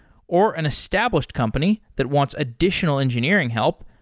or an established company that wants additional engineering help,